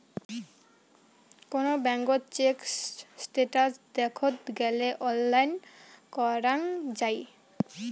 কোন ব্যাঙ্কত check status দেখত গেলে অনলাইন করাঙ যাই